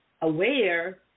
aware